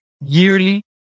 yearly